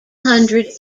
hundred